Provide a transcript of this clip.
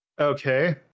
Okay